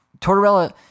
tortorella